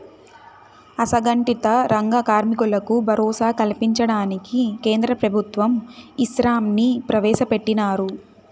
అసంగటిత రంగ కార్మికులకు భరోసా కల్పించడానికి కేంద్ర ప్రభుత్వం ఈశ్రమ్ ని ప్రవేశ పెట్టినాది